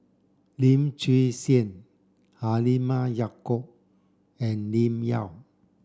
Lim Chwee Chian Halimah Yacob and Lim Yau